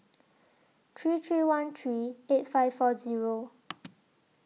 three three one three eight five four Zero